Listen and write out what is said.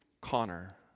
Connor